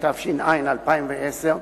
התש"ע 2010,